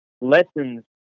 lessons